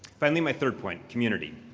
finally my third point, community.